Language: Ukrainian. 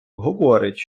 говорить